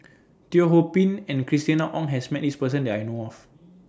Teo Ho Pin and Christina Ong has Met This Person that I know of